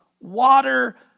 water